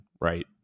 right